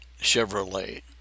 Chevrolet